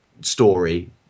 story